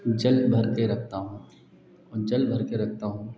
जल भर कर रखता हूँ जल भर कर रखता हूँ